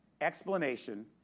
explanation